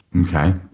Okay